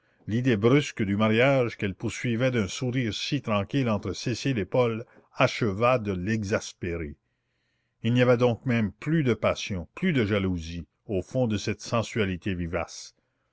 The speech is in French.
l'idée brusque du mariage qu'elle poursuivait d'un sourire si tranquille entre cécile et paul acheva de l'exaspérer il n'y avait donc même plus de passion plus de jalousie au fond de cette sensualité vivace